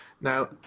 Now